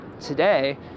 today